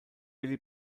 billy